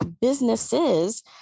businesses